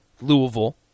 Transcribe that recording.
Louisville